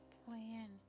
plan